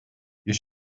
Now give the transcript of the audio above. you